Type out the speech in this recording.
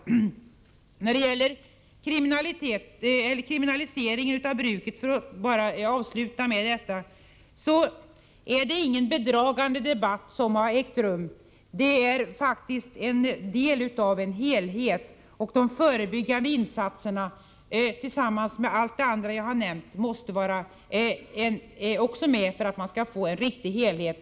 Till slut beträffande kriminalisering av bruket: Det är ingen bedragande debatt som har ägt rum. Detta är faktiskt en del av en helhet. De förebyggande insatserna, tillsammans med allt det andra som jag har nämnt, måste till för att det skall bli en riktig helhet.